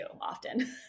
often